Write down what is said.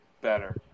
better